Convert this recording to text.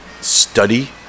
study